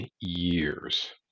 years